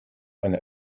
eine